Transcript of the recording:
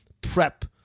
prep